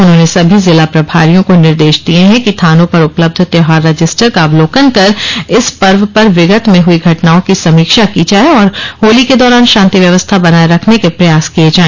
उन्होंने सभी जिला प्रभारियों को निर्देश दिये हैं कि थानों पर उपलब्ध त्यौहार रजिस्टर का अवलोकन कर इस पर्व पर विगत में हई घटनाओं की समीक्षा की जाए और होली के दौरान शांति व्यवस्था बनाए रखने के प्रयास किए जाए